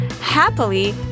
Happily